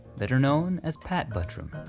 better known as pat buttram.